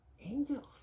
Angels